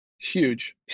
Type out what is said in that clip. huge